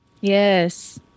Yes